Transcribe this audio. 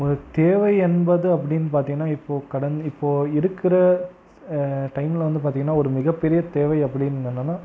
தேவை என்பது அப்படின்னு பார்த்தீங்கன்னா இப்போது கடந்த இப்போது இருக்கிற டைம்ல வந்து பார்த்தீங்கன்னா ஒரு மிகப்பெரிய தேவை அப்படி என்னன்னா